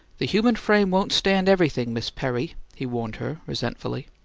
the human frame won't stand everything, miss perry, he warned her, resentfully.